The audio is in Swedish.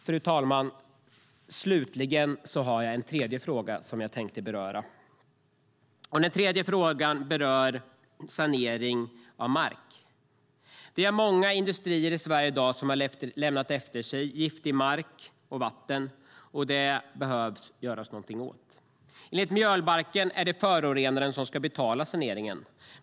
Fru talman! En annan fråga som jag tänkte beröra gäller sanering av mark. Många industrier i Sverige har lämnat efter sig gifter i mark och vatten. Det behöver vi göra något åt. Enligt miljöbalken är det förorenaren som ska betala saneringen.